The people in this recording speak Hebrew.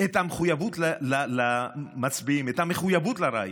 את המחויבות למצביעים, את המחויבות לרעיון,